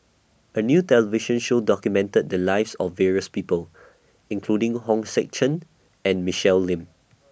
A New television Show documented The Lives of various People including Hong Sek Chern and Michelle Lim